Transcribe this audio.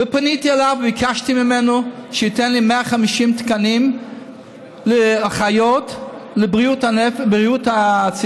ופניתי אליו וביקשתי ממנו שייתן לי 150 תקנים לאחיות לבריאות הציבור,